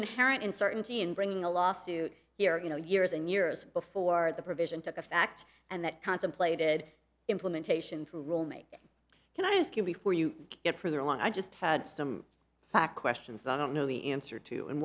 inherent in certainty in bringing a lawsuit here you know years and years before the provision took a fact and that contemplated implementation for romy can i ask you before you get from there on i just had some fact questions i don't know the answer to and